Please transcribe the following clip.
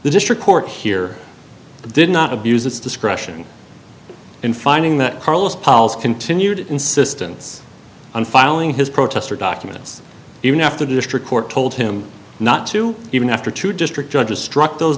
the district court here did not abuse its discretion in finding that carla's palls continued insistence on filing his protest or documents even after district court told him not to even after two district judges struck those